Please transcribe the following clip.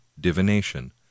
divination